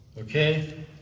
Okay